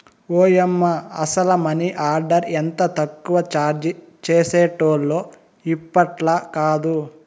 ఓయమ్మ, అసల money order ఎంత తక్కువ చార్జీ చేసేటోల్లో ఇప్పట్లాకాదు